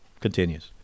continues